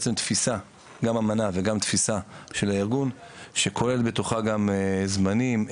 גם אמנה וגם תפיסה של הארגון שכוללת בתוכה גם זמנים,